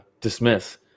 dismiss